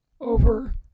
over